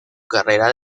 carrera